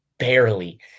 barely